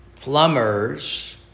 Plumbers